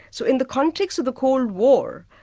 so in the context of the cold war,